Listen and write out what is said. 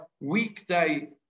weekday